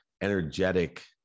energetic